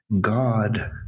God